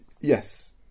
yes